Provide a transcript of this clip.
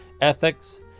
ethics